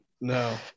No